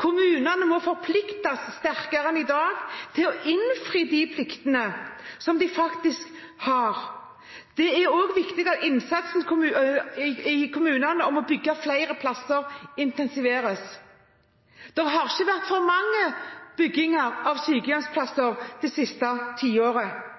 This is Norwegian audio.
Kommunene må forpliktes sterkere enn i dag til å innfri de pliktene de har. Det er også viktig at innsatsen i kommunene med å bygge flere plasser intensiveres. Det har ikke vært for mye bygging av sykehjemsplasser det siste tiåret.